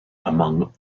among